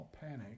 panic